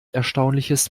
erstaunliches